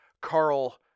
Carl